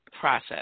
process